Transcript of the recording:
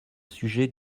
sujet